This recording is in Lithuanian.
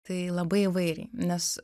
tai labai įvairiai nes